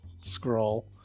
scroll